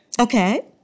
okay